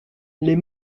les